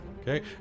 okay